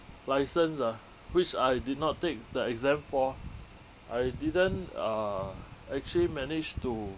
licence ah which I did not take the exam for I didn't uh actually managed to